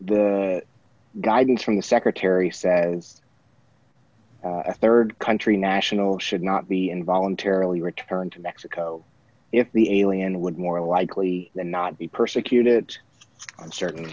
the guidance from the secretary says it's a rd country nationals should not be in voluntarily returned to mexico if the alien would more likely than not be persecuted in certain